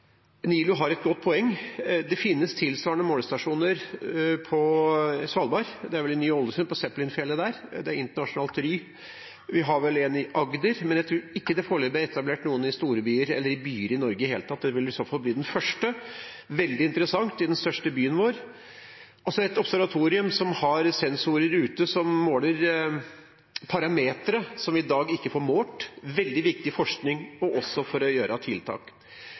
NILU har et godt poeng. Det finnes tilsvarende målestasjoner på Svalbard – det er vel i Ny-Ålesund, på Zeppelinfjellet. Det har et internasjonalt ry. Vi har vel et i Agder, men jeg tror ikke det foreløpig er etablert noen i storbyer eller byer i det hele tatt i Norge. Dette ville i så fall bli det første. Det ville det bli veldig interessant å få i den største byen vår – et observatorium som har sensorer ute som måler parameter som vi i dag ikke får målt. Dette ville være veldig viktig forskning, også for å gjøre tiltak.